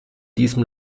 diesem